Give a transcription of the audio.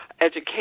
Education